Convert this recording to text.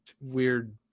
Weird